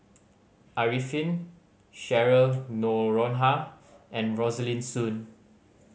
Arifin Cheryl Noronha and Rosaline Soon